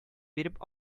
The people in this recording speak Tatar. биреп